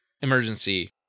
emergency